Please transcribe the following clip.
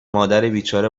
مادربیچاره